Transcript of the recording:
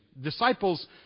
Disciples